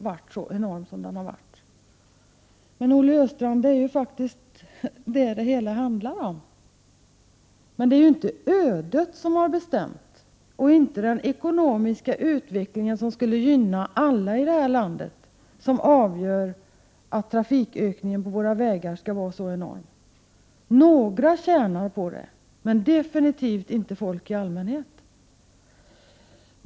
Ja, Olle Östrand, det är faktiskt vad det hela handlar om! Men det är inte ödet eller den ekonomiska utvecklingen — vilken ju skulle gynna alla här i landet — som är avgörande för den enorma 79 trafikökningen på våra vägar. Några tjänar på denna, men definitivt inte folk i allmänhet.